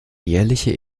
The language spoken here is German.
jährliche